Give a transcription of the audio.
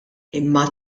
imma